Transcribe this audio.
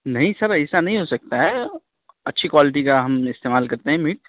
نہیں سر ایسا نہیں ہو سکتا ہے اچھی کوالیٹی کا ہم استعمال کرتے ہیں میٹ